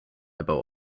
about